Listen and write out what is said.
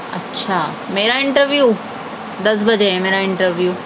اچھا میرا انٹرویو دس بجے ہے میرا انٹرویو